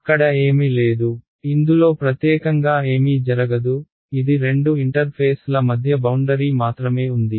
అక్కడ ఏమి లేదు ఇందులో ప్రత్యేకంగా ఏమీ జరగదు ఇది రెండు ఇంటర్ఫేస్ల మధ్య బౌండరీ మాత్రమే ఉంది